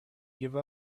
give